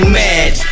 mad